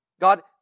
God